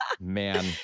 Man